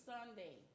Sunday